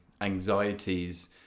anxieties